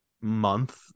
month